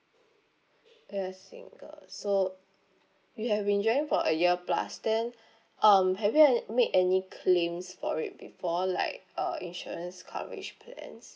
you are single so you have been driving for a year plus then um have you an~ made any claims for it before like uh insurance coverage plans